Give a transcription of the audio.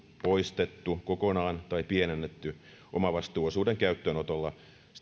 poistettu kokonaan tai pienennetty omavastuuosuuden käyttöönotolla